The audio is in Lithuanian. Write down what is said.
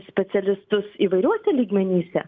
specialistus įvairiuose lygmenyse